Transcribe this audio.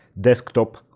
desktop